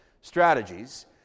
strategies